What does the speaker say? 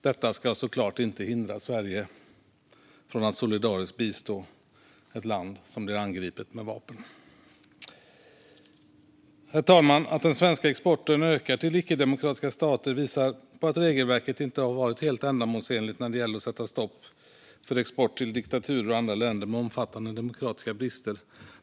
Detta ska såklart inte hindra Sverige från att solidariskt bistå ett land som blir angripet med vapen. Herr talman! Att den svenska exporten ökar till icke-demokratiska stater visar på att regelverket inte har varit helt ändamålsenligt när det gäller att sätta stopp för export till diktaturer och andra länder med omfattande demokratiska brister.